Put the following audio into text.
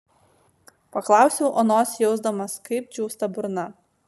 paklausiau onos jausdamas kaip džiūsta burna